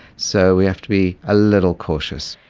so we have to be a little cautious.